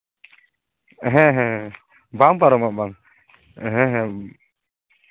ᱦᱮᱸ ᱦᱮᱸ ᱵᱟᱝ ᱯᱟᱨᱚᱢᱚᱜᱼᱟ ᱵᱟᱝ ᱦᱮᱸ ᱦᱮᱸ